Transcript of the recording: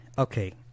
Okay